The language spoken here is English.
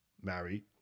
married